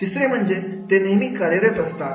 तिसरे म्हणजे ते नेहमी कार्यरत असतात